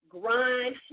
grind